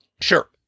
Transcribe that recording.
Sure